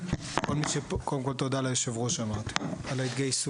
קודם כל תודה ליו"ר על ההתגייסות,